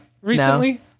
recently